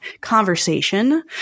conversation